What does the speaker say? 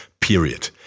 Period